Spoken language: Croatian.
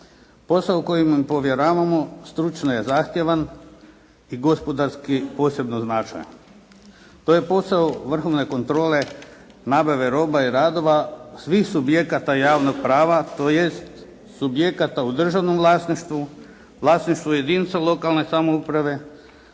Posao koji im povjeravamo stručno je zahtjevan i gospodarski posebno značajan. To je posao vrhovne kontrole nabave roba i radova svih subjekata javnog prava tj. subjekata u državnoj vlasništvu, vlasništvu jedinica lokalne samouprave,